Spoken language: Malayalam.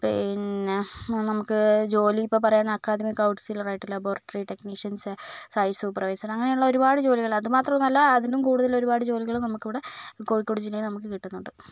പിന്നെ നമുക്ക് ജോലി ഇപ്പം പറയാന് അക്കാദമിക് കൗണ്സിലറായിട്ട് ലബോറട്ടറി ടെക്നീഷ്യന്സ് സൈറ്റ് സൂപ്പര്വൈസര് അങ്ങനെയുള്ള ഒരുപാട് ജോലികള് അതുമാത്രമൊന്നുമല്ല അതിലും കൂടുതല് ഒരുപാട് ജോലികള് നമുക്കിവിടെ കോഴിക്കോട് ജില്ലയില് നമുക്ക് കിട്ടുന്നുണ്ട്